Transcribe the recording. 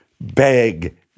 beg